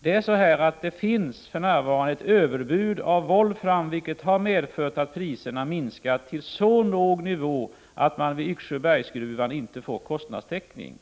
Det finns för närvarande ett överutbud av volfram, vilket har medfört att priserna sjunkit till så låg nivå att man vid Yxsjöbergsgruvan inte får kostnadstäckning.